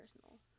personal